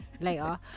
later